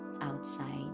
outside